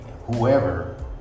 whoever